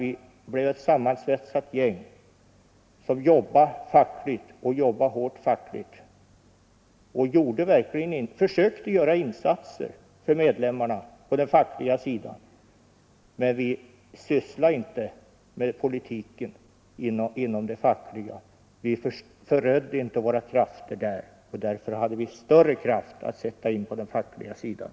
Vi blev ett sammansvetsat gäng som utförde ett hårt fackligt arbete och som försökte göra insatser för föreningsmedlemmarna. Vi förödde inte våra krafter på politiken, och därför kunde vi sätta in större kraft på den fackliga sidan.